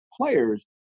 players